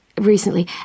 recently